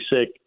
sick